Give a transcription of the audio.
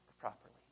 properly